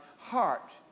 Heart